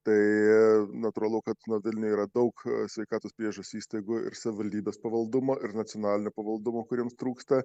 tai natūralu kad vilniuj yra daug sveikatos priežiūros įstaigų ir savivaldybės pavaldumo ir nacionalinio pavaldumo kuriems trūksta